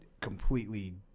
completely